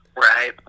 Right